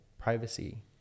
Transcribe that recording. privacy